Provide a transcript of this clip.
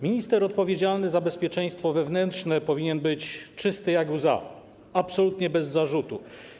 Minister odpowiedzialny za bezpieczeństwo wewnętrzne powinien być czysty jak łza, absolutnie bez zarzutu.